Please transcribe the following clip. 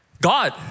God